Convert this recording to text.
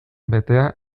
betea